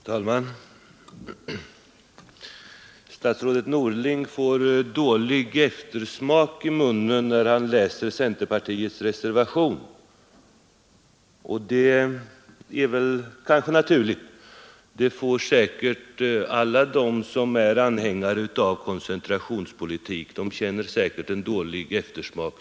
Fru talman! Statsrådet Norling får dålig eftersmak i munnen när han läser centerpartiets reservation. Det är kanske naturligt — det får säkert alla som är anhängare av koncentrationspolitik.